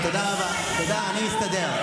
בתקנון צריך שם.